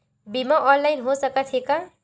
बीमा ऑनलाइन हो सकत हे का?